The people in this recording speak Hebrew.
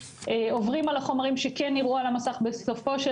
עוברים על החומרים שכן נראו על המסך בסופו של